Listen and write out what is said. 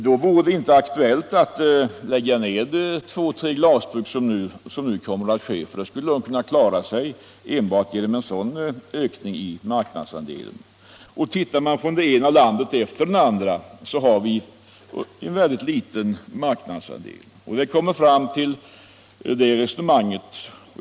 Då vore det inte aktuellt att lägga ned två tre glasbruk, som nu kommer att ske, för de skulle kunna klara sig genom en sådan ökning i marknadsandelen. Ser vi på det ena landet efter det andra upptäcker vi att vi har en mycket liten marknadsandel.